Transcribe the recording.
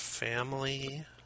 Family